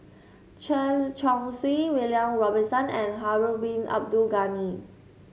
Chen Chong Swee William Robinson and Harun Bin Abdul Ghani